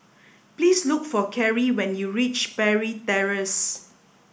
please look for Keri when you reach Parry Terrace